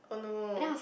oh no